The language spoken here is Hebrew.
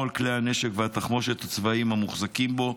על כלי הנשק והתחמושת הצבאיים המוחזקים בו,